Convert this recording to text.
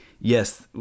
yes